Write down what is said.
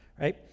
right